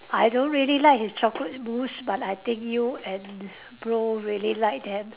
I don't really like his chocolate mousse but I think you and bro really like them